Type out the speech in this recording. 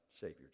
Savior